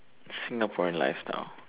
Singaporean lifestyle